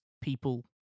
people